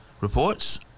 reports